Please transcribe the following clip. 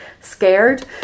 scared